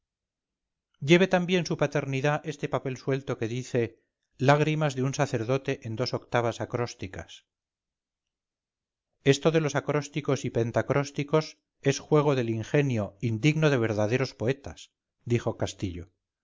lleve también su paternidad este papel suelto que dice lágrimas de un sacerdote en dos octavas acrósticas esto de los acrósticos y pentacrósticos es juego del ingenio indigno de verdaderos poetas dijo castillo